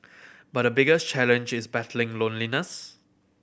but the biggest challenge is battling loneliness